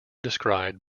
described